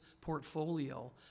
portfolio